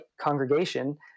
congregation